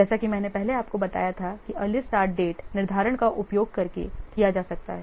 जैसा कि मैंने पहले आपको बताया था कि अर्लीस्ट स्टार्ट डेट निर्धारण का उपयोग करके किया जा सकता है